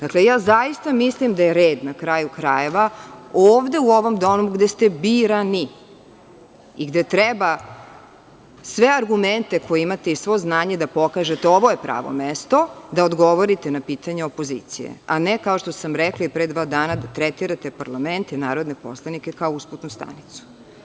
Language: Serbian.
Dakle, ja zaista mislim da je red, na kraju krajeva, ovde u ovom Domu gde ste birani i gde treba sve argumente koje imate i sve znanje da pokažete, ovo je pravo mesto, da odgovorite na pitanja opozicije, a ne kao što sam rekla i pre dva dana da tretirate parlament i narodne poslanike kao usputnu stanicu.